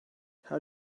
how